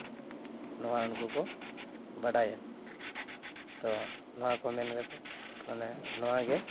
ᱱᱚᱣᱟ ᱩᱱᱠᱩ ᱠᱚ ᱵᱟᱰᱟᱭᱟ ᱛᱚ ᱱᱚᱣᱟ ᱠᱚ ᱢᱮᱱ ᱠᱟᱛᱮ ᱢᱟᱱᱮ ᱱᱚᱣᱟ ᱜᱮ